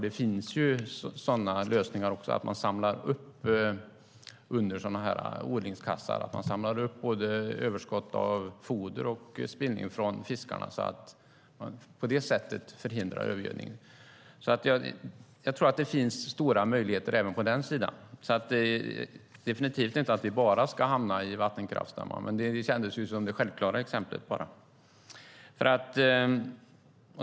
Det finns ju sådana lösningar där man under odlingskassarna samlar upp både foder och spillning från fiskarna för att förhindra övergödning. Jag tror att det finns stora möjligheter även på den sidan. Det handlar definitivt inte bara om vattenkraftsdammar - det kändes bara som det självklara exemplet.